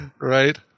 right